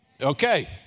Okay